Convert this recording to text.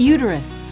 Uterus